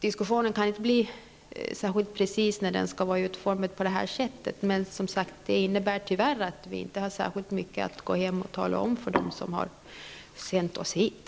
Diskussionen kan inte bli särskilt detaljerad när den är utformad på det här sättet. Men det innebär tyvärr att vi inte har särskilt mycket som vi kan gå hem och tala om för dem som sänt oss hit.